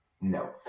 No